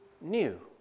new